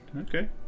Okay